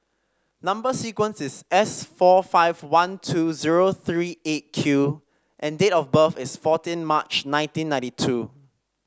number sequence is S four five one two zero three Eight Q and date of birth is fourteen March nineteen ninety two